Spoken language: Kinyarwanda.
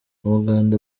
umuganda